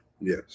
Yes